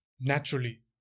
naturally